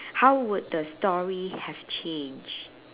how would the story have changed